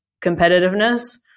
competitiveness